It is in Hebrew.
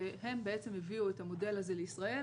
והם בעצם הביאו את המודל הזה לישראל,